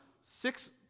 six